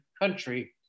country